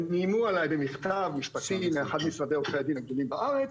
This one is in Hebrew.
הם איימו עליי במכתב משפטי מאחד ממשרדי עורכי הדין הגדולים בארץ